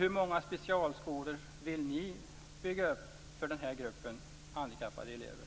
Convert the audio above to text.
Hur många specialskolor vill ni bygga för den här gruppen handikappade elever?